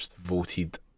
voted